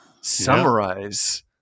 summarize